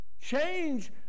Change